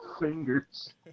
fingers